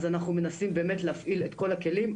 אז אנחנו באמת מנסים להפעיל את כל הכלים,